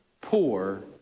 poor